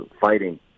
fighting